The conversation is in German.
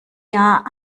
jahr